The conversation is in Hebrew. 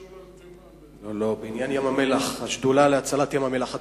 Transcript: לא, בעניין ים-המלח והשדולה להצלת ים-המלח.